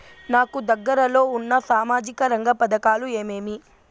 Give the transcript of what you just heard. నాకు దగ్గర లో ఉన్న సామాజిక రంగ పథకాలు ఏమేమీ?